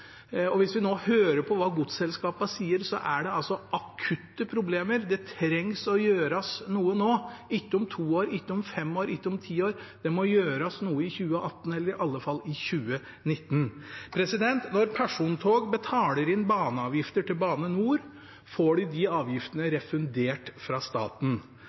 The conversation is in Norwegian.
Hvis vi nå hører på hva godsselskapene sier, er det akutte problemer, noe trengs å gjøres nå – ikke om to år, ikke om fem år, ikke om ti år, det må gjøres noe i 2018 eller i alle fall i 2019. Når persontog betaler inn baneavgifter til Bane NOR, får de disse avgiftene refundert fra staten.